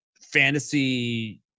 fantasy